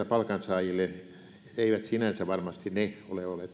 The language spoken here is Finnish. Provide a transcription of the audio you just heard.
palkansaajille eivät sinänsä varmasti ole ole